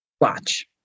watch